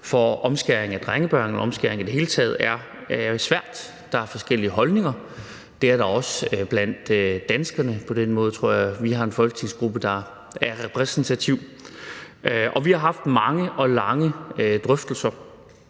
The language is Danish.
for omskæring af drengebørn, omskæring i det hele taget, er svært. Der er forskellige holdninger, det er der også blandt danskerne; på den måde tror jeg vi har en folketingsgruppe, der er repræsentativ, og vi har haft mange og lange drøftelser.